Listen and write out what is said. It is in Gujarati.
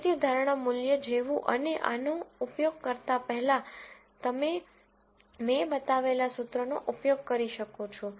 પોઝીટિવ ધારણા મૂલ્ય જેવું અને આનો ઉપયોગ કરતાં પહેલા તમે મેં બતાવેલ સુત્રનો ઉપયોગ કરી શકો છો